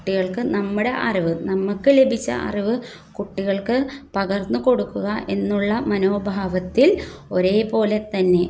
കുട്ടികൾക്ക് നമ്മടെ അറിവ് നമ്മൾക്ക് ലഭിച്ച അറിവ് കുട്ടികൾക്ക് പകർന്നുകൊടുക്കുക എന്നുള്ള മനോഭാവത്തിൽ ഒരേപോലെത്തന്നെ